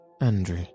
Andrew